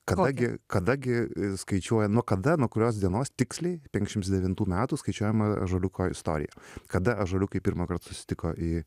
kada gi kada gi skaičiuoja nuo kada nuo kurios dienos tiksliai penkiašims devintų metų skaičiuojama ąžuoliuko istorija kada ąžuoliukai pirmąkart susitiko į